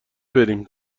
بریم